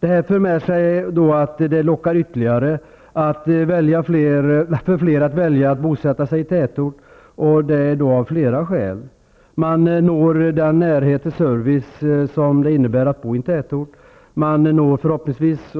Detta kommer att locka fler att av olika skäl välja att bosätta sig i tätort. De får då närhet till service, och de får också förhoppningsvis